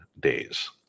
days